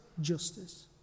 justice